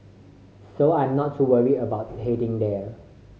so I am not too worried about heading there